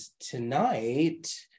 tonight